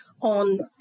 on